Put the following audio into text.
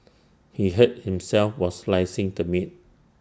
he hurt himself while slicing the meat